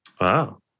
wow